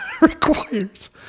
requires